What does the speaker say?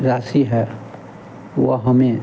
राशि है वह हमें